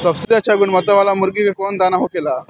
सबसे अच्छा गुणवत्ता वाला मुर्गी के कौन दाना होखेला?